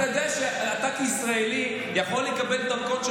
אתה יודע שאתה כישראלי יכול לקבל דרכון של